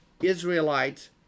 Israelites